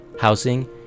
housing